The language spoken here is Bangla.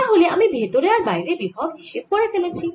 তাহলে আমি ভেতরে আর বাইরে বিভব হিসেব করে ফেলেছি